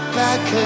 back